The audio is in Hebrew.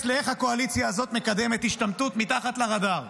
לאיך שהקואליציה הזאת מקדמת השתמטות מתחת לרדאר.